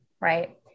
right